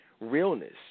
Realness